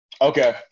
Okay